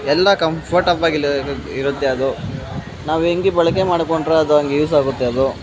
ಎಲ್ಲ ಕಂಫರ್ಟಬಗಿಲ್ ಇರುತ್ತೆ ಅದು ನಾವು ಹೇಗೆ ಬಳಕೆ ಮಾಡಿಕೊಂಡ್ರೆ ಅದು ಹಂಗೆ ಯೂಸ್ ಆಗುತ್ತೆ ಅದು